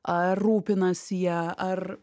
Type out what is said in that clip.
ar rūpinasi ja ar